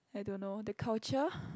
I don't know the culture